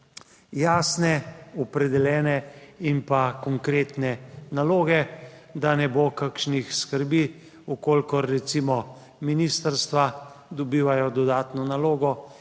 jasne, opredeljene in pa konkretne naloge. Da ne bo kakšnih skrbi; v kolikor recimo ministrstva dobivajo dodatno nalogo